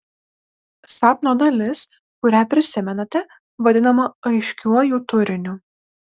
sapno dalis kurią prisimenate vadinama aiškiuoju turiniu